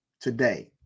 today